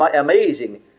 amazing